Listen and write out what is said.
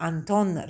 Anton